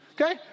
Okay